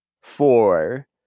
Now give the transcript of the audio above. four